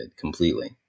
completely